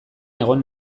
egon